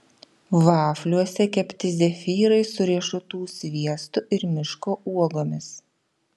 vafliuose kepti zefyrai su riešutų sviestu ir miško uogomis